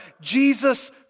Jesus